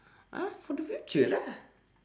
!huh! for the future lah